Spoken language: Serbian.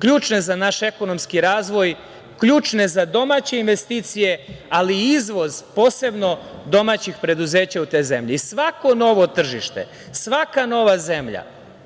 ključne za naš ekonomski razvoj, ključne za domaće investicije, ali i izvoz posebno domaćih preduzeća u te zemlje. Svako novo tržište, svaka nova zemlja,